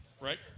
Right